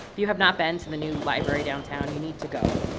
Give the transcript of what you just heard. if you have not been to the new library downtown you need to go.